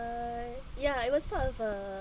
uh ya it was part of a